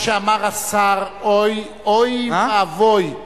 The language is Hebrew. מה שאמר השר, אוי ואבוי.